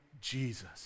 Jesus